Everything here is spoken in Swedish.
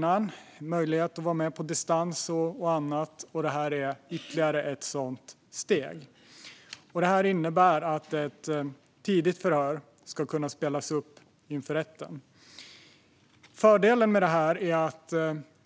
Det handlar om möjlighet att vara med på distans och annat, och detta är ytterligare ett sådant steg. Det här innebär att ett tidigt förhör ska kunna spelas upp inför rätten. Fördelen är att